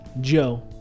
Joe